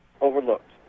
overlooked